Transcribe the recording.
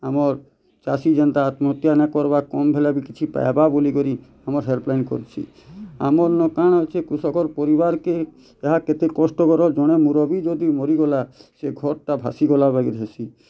ଆମର୍ ଚାଷୀ ଯେନ୍ତା ଆତ୍ମହତ୍ୟା ନାଇଁ କର୍ବା କମ୍ ହେଲେ ବି କିଛି ପାଇବା ବୋଲିକରି ଆମର୍ ହେଲ୍ପ୍ଲାଇନ୍ କରିଛେ ଆମରନଁ କାଣା ଅଛେ କୃଷକର ପରିବାର୍ କେ କାହା କେତେ କଷ୍ଟକର ଜଣେ ମୂରବୀ ଯଦି ମରିଗଲା ସେ ଘର୍ ଟା ଭାସିଗଲା ବାଗିର୍ ହେସି